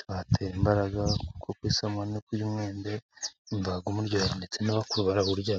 Ibatera imbaraga kuko iyo uhisemo nko kurya umwembe wumva ari byiza ndetse n'abakuru barawurya.